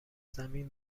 زمین